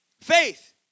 Faith